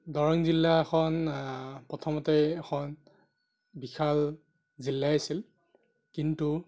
দৰং জিলা এখন প্ৰথমতে এখন বিশাল জিলাই আছিল কিন্তু